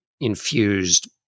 infused